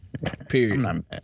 Period